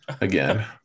again